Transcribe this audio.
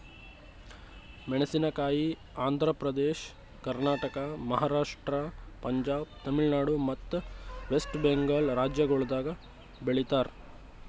ಮೇಣಸಿನಕಾಯಿ ಆಂಧ್ರ ಪ್ರದೇಶ, ಕರ್ನಾಟಕ, ಮಹಾರಾಷ್ಟ್ರ, ಪಂಜಾಬ್, ತಮಿಳುನಾಡು ಮತ್ತ ವೆಸ್ಟ್ ಬೆಂಗಾಲ್ ರಾಜ್ಯಗೊಳ್ದಾಗ್ ಬೆಳಿತಾರ್